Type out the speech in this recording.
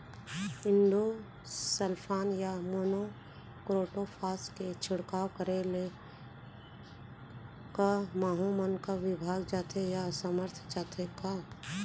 Endosulfan या monocrotophos के छिड़काव करे ले क माहो मन का विभाग जाथे या असमर्थ जाथे का?